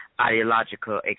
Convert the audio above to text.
ideological